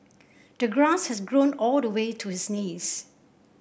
the grass has grown all the way to his knees